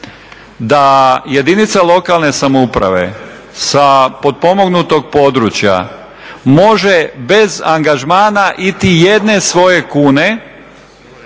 da jedinica lokalne samouprave sa potpomognutog područja može bez angažmana iti jedne svoje kune